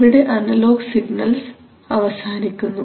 ഇവിടെ analogue signals അവസാനിക്കുന്നു